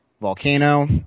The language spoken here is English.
volcano